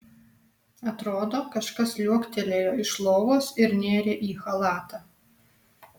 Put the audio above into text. atrodo kažkas liuoktelėjo iš lovos ir nėrė į chalatą